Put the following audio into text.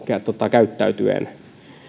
käyttäytyen